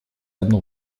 одну